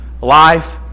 life